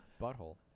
Butthole